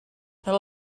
roedd